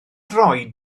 droed